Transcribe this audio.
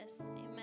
Amen